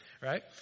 Right